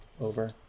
over